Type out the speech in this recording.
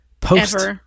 post